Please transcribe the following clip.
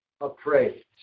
appraised